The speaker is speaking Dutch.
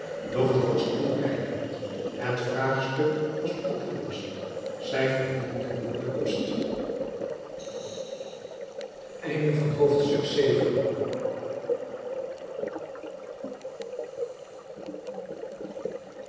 doch het was toereikend het vraagstuk was opgelost zij verdiende den kost